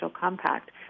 compact